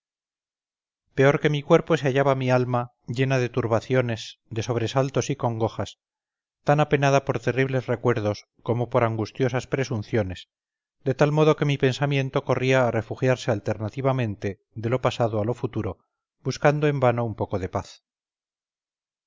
peor que mi cuerpo se hallaba mi alma llena de turbaciones de sobresaltos y congojas tan apenada por terribles recuerdos como por angustiosas presunciones de tal modo que mi pensamiento corría a refugiarsealternativamente de lo pasado a lo futuro buscando en vano un poco de paz